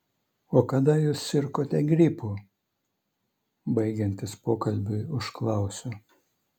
o kada jūs sirgote gripu baigiantis pokalbiui užklausiu